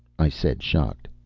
i said, shocked.